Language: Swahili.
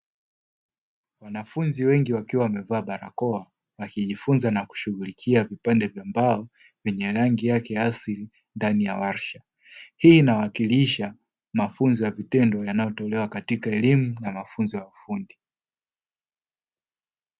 Wanafunzi wengi wakiwa wamevaa barakoa, wakijifunza na kushughulikia vipande vya mbao vyenye rangi yake ya asili ndani ya warsha. Hii inawakilisha mafunzo ya vitendo yanayotolewa katika elimu na mafunzo ya ufundi.